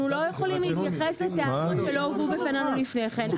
אנחנו לא יכולים להתייחס לטענות שלא הובאו בפנינו לפני כן,